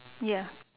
ya